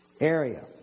area